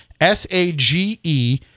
S-A-G-E